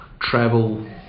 travel